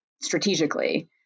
strategically